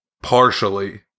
partially